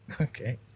Okay